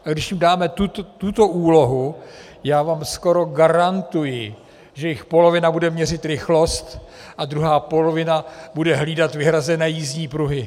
A když jim dáme tuto úlohu, tak vám skoro garantuji, že jich polovina bude měřit rychlost a druhá polovina bude hlídat vyhrazené jízdní pruhy.